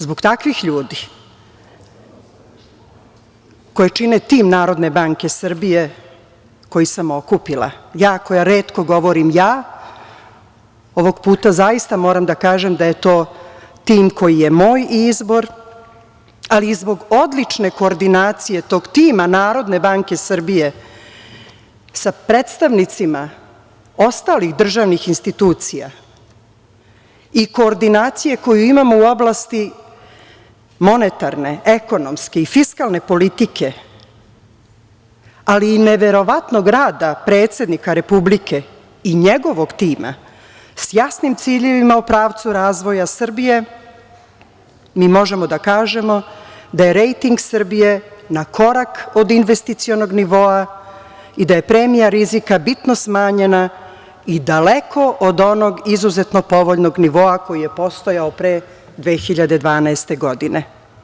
Zbog takvih ljudi, koji čine tim Narodne banke Srbije koji sam okupila, ja koja retko govorim – ja, ovog puta zaista moram da kažem da je to tim koji je moj izbor, ali zbog odlične koordinacije tog tima Narodne banke Srbije, sa predstavnicima ostalih državnih institucija i koordinacije koju imam u oblasti monetarne, ekonomske i fiskalne politike, ali i neverovatnog rada predsednika Republike i njegovog tima, sa jasnim ciljevima u pravcu razvoja Srbije, mi možemo da kažemo da je rejting Srbije na korak od investicionog nivoa i da je premija rizika bitno smanjena i daleko od onog izuzetno povoljnog nivoa koji je postojao pre 2012. godine.